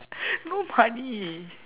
no money